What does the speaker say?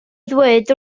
ddweud